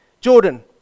Jordan